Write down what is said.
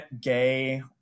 gay